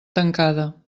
tancada